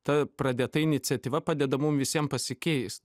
ta pradėta iniciatyva padeda mum visiem pasikeist